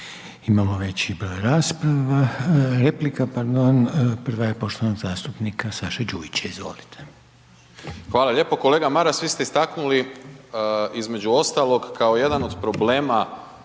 Imamo veći broj rasprava. Replika, pardon. Prva je poštovanog zastupnika Saše Đujića, izvolite. **Đujić, Saša (SDP)** Hvala lijepo. Kolega Maras, vi ste istaknuli između ostalog kao jedan od problema